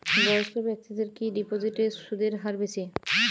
বয়স্ক ব্যেক্তিদের কি ডিপোজিটে সুদের হার বেশি?